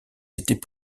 étaient